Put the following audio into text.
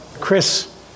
Chris